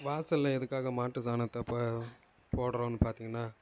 வாசலில் எதுக்காக மாட்டு சாணத்தை இப்போ போடுறோன்னு பார்த்திங்கனா